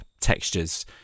textures